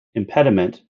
impediment